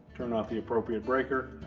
turn off the appropriate breaker,